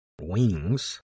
Wings